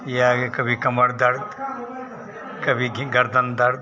ये आ गया कभी कमर दर्द कभी गि गरदन दर्द